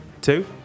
Two